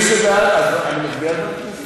מי שבעד, אני מצביע על ועדת הכנסת?